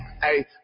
hey